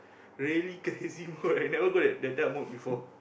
really crazy mode I never go that that type of mode before